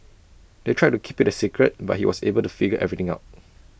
they tried to keep IT A secret but he was able to figure everything out